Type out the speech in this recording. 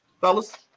Fellas